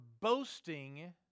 boasting